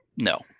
no